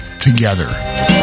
together